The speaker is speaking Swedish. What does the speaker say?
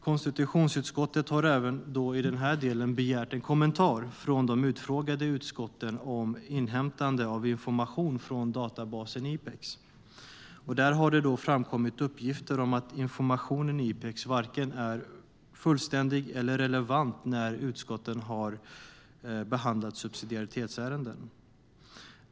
Konstitutionsutskottet har även i den delen begärt en kommentar från de utfrågade utskotten om inhämtande av information från databasen IPEX. Det har framkommit uppgifter om att informationen i IPEX varken är fullständig eller relevant när utskotten har behandlat subsidiaritetsärenden.